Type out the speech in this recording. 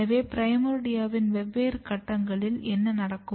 எனவே பிரைமோர்டியாவின் வெவ்வேறு கட்டங்களில் என்ன நடக்கும்